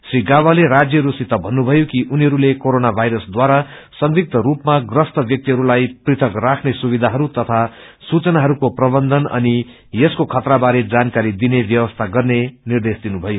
श्री गावाले राष्यहरू सित षन्जुमयो कि उनीहरूले कोरोना वायरसवारा संदिग्व स्पमा प्रस्त व्याक्तिहरूलाई पृथक राख्ने स्तुविषाहरू तथा सुचनाहरूको प्रबन्धन अनि यसको खतरा बारे जानकारी दिने व्यवस्या गर्ने निर्देश दिनुभयो